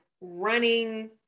running